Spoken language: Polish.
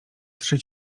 trzy